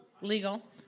Legal